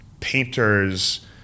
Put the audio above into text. painters